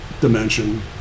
Dimension